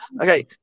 Okay